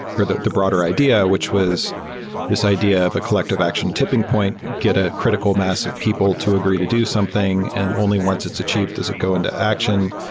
or the the broader idea, which was this idea of a collective action tipping point get a critical mass of people to agree to do something and only once it's achieved does it go into action.